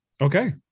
Okay